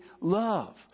love